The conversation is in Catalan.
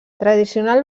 tradicional